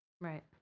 Right